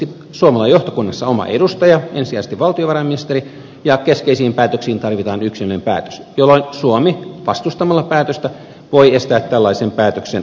suomella on johtokunnassa oma edustaja ensisijaisesti valtiovarainministeri ja keskeisiin päätöksiin tarvitaan yksimielinen päätös jolloin suomi vastustamalla päätöstä voi estää tällaisen päätöksen synnyn